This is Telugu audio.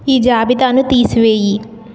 ఈ జాబితాను తీసివేయి